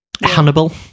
Hannibal